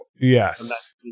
yes